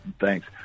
Thanks